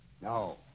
No